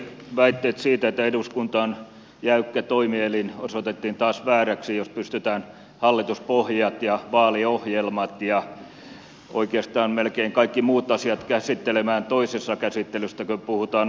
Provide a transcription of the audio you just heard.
väitteet siitä että eduskunta on jäykkä toimielin osoitettiin taas vääriksi jos pystytään hallituspohjat ja vaaliohjelmat ja oikeastaan melkein kaikki muut asiat käsittelemään toisessa käsittelyssä kun puhutaan arvonlisäverosta